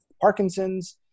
Parkinson's